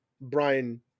Brian